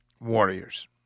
Warriors